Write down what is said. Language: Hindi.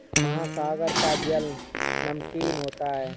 महासागर का जल नमकीन होता है